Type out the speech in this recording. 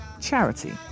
charity